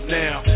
now